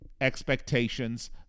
expectations